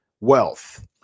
wealth